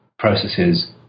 Processes